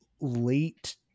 late